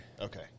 Okay